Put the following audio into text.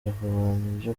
yakomeje